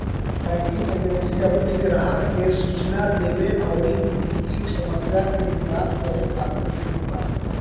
banking agent अपनी ग्राहकन के सूचना देवे अउरी उनकी समस्या के निदान करे खातिर होत बाने